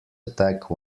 attack